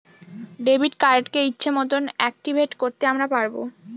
debit কার্ডকে ইচ্ছে মতন অ্যাকটিভেট করতে আমরা পারবো